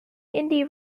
indie